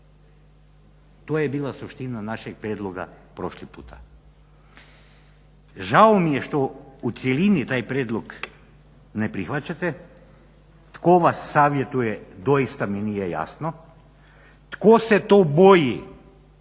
to je bila suština našeg prijedloga prošli puta. Žao mi je što u cjelini taj prijedlog ne prihvaćate, tko vas savjetuje doista mi nije jasno, tko se to boji